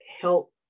help